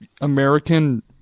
American